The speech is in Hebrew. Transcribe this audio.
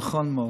נכון מאוד.